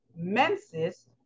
Menses